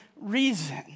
reason